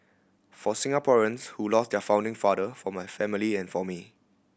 for Singaporeans who lost their founding father for my family and for me